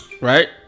right